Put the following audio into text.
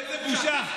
איזו בושה?